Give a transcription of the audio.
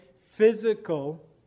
physical